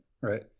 right